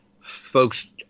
folks